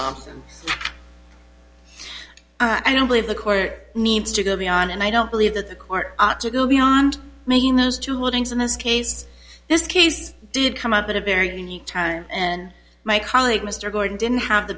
like i don't believe the court needs to go beyond and i don't believe that the court ought to go beyond making those two holdings in this case this case did come up at a very unique time and my colleague mr gordon didn't have the